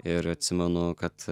ir atsimenu kad